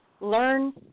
learn